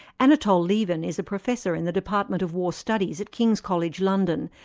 anatol lieven is a professor in the department of war studies at king's college, london,